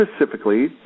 specifically